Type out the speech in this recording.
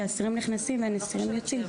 כי אסירים נכנסים ואסירים יוצאים.